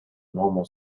normal